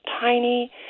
tiny